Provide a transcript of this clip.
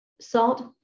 salt